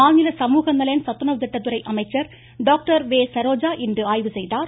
மாநில சமூகநலன் சத்துணவுத்திட்டத்துறை டாக்டர் வெ சரோஜா இன்று ஆய்வு செய்தார்